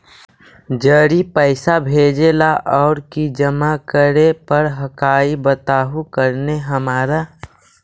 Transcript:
जड़ी पैसा भेजे ला और की जमा करे पर हक्काई बताहु करने हमारा?